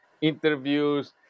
interviews